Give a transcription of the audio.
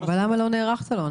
למה לא נערכת לו?